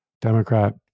Democrat